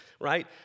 right